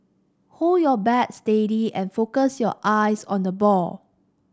hold your bat steady and focus your eyes on the ball